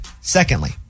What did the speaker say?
Secondly